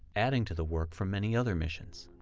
adding to the work from many other missions.